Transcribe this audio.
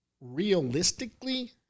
Realistically